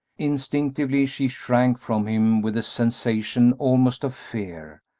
instinctively she shrank from him with a sensation almost of fear,